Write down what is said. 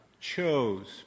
chose